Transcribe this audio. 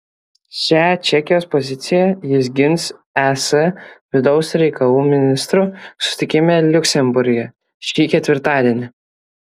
šią čekijos poziciją jis gins es vidaus reikalų ministrų susitikime liuksemburge šį ketvirtadienį